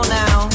now